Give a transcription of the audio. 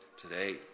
today